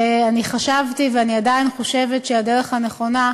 ואני חשבתי, ואני עדיין חושבת, שהדרך הנכונה,